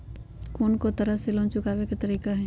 कोन को तरह से लोन चुकावे के तरीका हई?